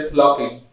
locking